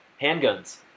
Handguns